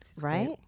right